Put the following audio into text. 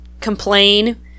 complain